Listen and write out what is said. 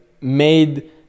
made